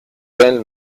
well